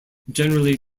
generally